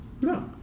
No